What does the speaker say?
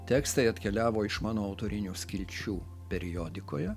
tekstai atkeliavo iš mano autorinių skilčių periodikoje